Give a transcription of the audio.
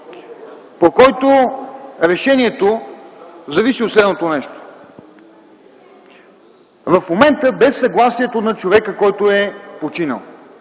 по който решението зависи от следното нещо. В момента без съгласието на човека, който е починал,